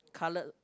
coloured